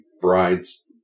Brides